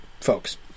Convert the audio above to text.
folks